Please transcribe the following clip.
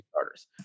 starters